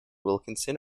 wilkinson